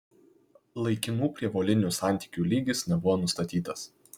laikinų prievolinių santykių lygis nebuvo nustatytas